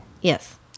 Yes